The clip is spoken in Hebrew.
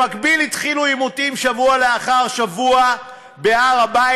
במקביל התחילו עימותים שבוע לאחר שבוע בהר-הבית,